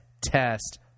test